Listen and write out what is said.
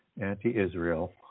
anti-Israel